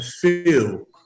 feel